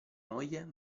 moglie